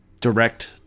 Direct